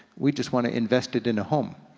we just wanna invest it in a home.